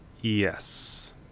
Yes